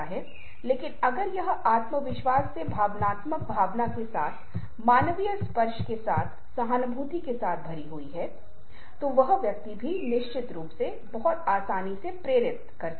और फिर ये प्रतीक धीरे धीरे प्रसारित होते हैं और प्राकृतिक दुनिया के साथ लिंक जिससे ये निकलते हैं धीरे धीरे गायब हो जाते हैं